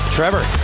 Trevor